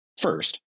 first